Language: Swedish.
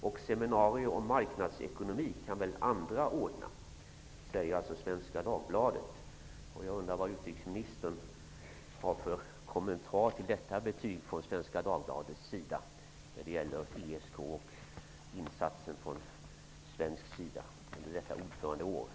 Och seminarier om marknadsekonomi kan väl andra ordna.'' Vad har utrikesministern för kommentar till detta betyg från Svenska Dagbladet på ESK och insatsen från svensk sida under ordförandeåret?